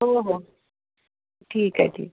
हो हो ठीकए ठीकए